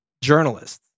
journalists